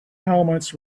helmets